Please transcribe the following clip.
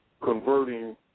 converting